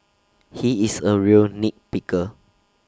he is A real nit picker